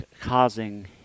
causing